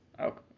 Okay